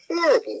horrible